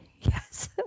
Yes